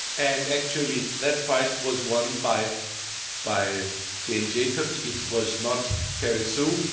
and actually, that fight was won by by jane jacobs. it was not carried through.